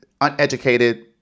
uneducated